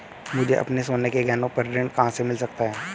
मुझे अपने सोने के गहनों पर ऋण कहां से मिल सकता है?